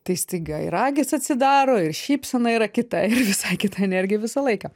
tai staiga ir akys atsidaro ir šypsena yra kita ir visai kita energija visą laiką